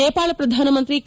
ನೇಪಾಳ ಪ್ರಧಾನಮಂತ್ರಿ ಕೆ